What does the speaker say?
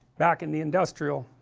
back in the industrial,